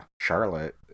charlotte